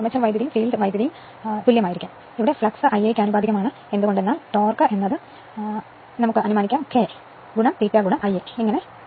അതായത് flux Ia യ്ക്ക് ആനുപാതികമാണ് കാരണം ടോർക്ക് ടോർക്ക് K ∅ Ia എന്ന് കരുതുക